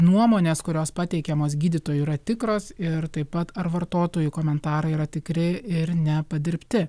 nuomonės kurios pateikiamos gydytojų yra tikros ir taip pat ar vartotojų komentarai yra tikri ir ne padirbti